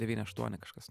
devyni aštuoni kažkas